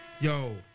Yo